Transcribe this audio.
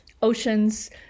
oceans